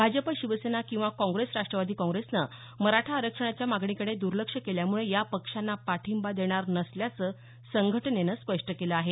भाजप शिवसेना किंवा काँग्रेस राष्ट्रवादी काँग्रेसनं मराठा आरक्षणाच्या मागणीकडे दुर्लक्ष केल्यामुळे या पक्षांना पाठिंबा देणार नसल्याचं संघटनेनं स्पष्ट केलं आहे